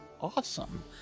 awesome